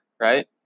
right